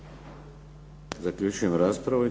Zaključujem raspravu.